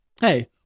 hey